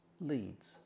leads